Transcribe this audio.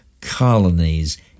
colonies